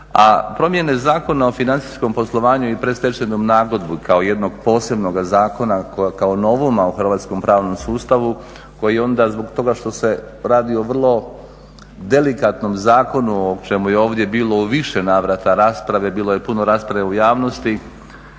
A promjene Zakona o financijskom poslovanju i predstečajnoj nagodbi kao jednog posebnog zakona kao novuma u hrvatskom pravnom sustavu koji onda zbog toga što se radi o vrlo delikatnom zakonu, o čemu je ovdje bilo u više navrata rasprave, bilo je puno rasprave u javnosti